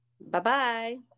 Bye-bye